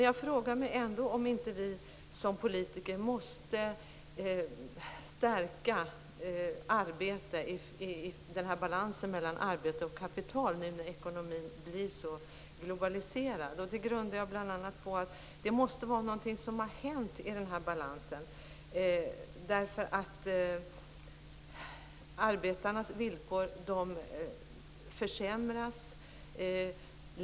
Jag frågar mig ändå om inte vi som politiker måste stärka balansen mellan arbete och kapital nu när ekonomin blir så globaliserad. Det grundar jag bl.a. på att det måste vara någonting som har hänt i denna balans. Arbetarnas villkor försämras.